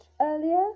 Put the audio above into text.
earlier